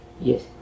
Yes